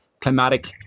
climatic